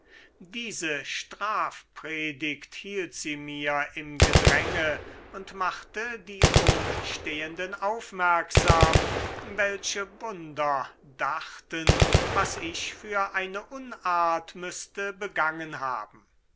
diese strafpredigt hielt sie mir im gedränge und machte die umstehenden aufmerksam welche wunder dachten was ich für eine unart müßte begangen haben